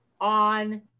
on